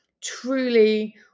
truly